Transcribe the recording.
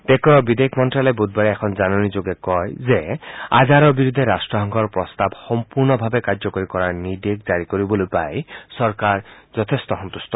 দেশখনৰ বিদেশ মন্ত্যালয়ে বুধবাৰে জাৰি কৰা এখন জাননীযোগে কয় যে আজহাৰৰ বিৰুদ্ধে ৰাট্টসংঘৰ প্ৰস্তাৱ সম্পূৰ্ণভাৱে কাৰ্যকৰী কৰাৰ নিৰ্দেশ জাৰি কৰিবলৈ পাই চৰকাৰ যথেষ্ঠ সন্তেষ্ট